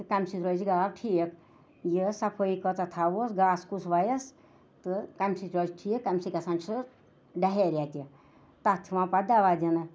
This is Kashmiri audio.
تہٕ کَمہِ سۭتۍ روزِ گاو ٹھیٖک یہِ حظ صفٲیی کۭژاہ تھاووس گاسہٕ کُس وَیَس تہٕ کَمہِ سۭتۍ روزِ ٹھیٖک کَمہِ سۭتۍ گژھان چھِ سُہ ڈَہیریا تہِ تَتھ چھِ یِوان پَتہٕ دَوا دِنہٕ